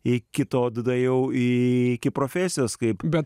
iki to dadaėjau į iki profesijos kaip bet